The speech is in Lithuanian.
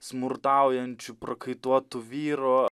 smurtaujančių prakaituotų vyrų